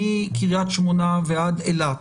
מקרית שמונה ועד אילת.